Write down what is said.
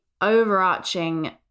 overarching